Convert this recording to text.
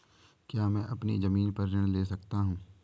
क्या मैं अपनी ज़मीन पर ऋण ले सकता हूँ?